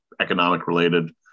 economic-related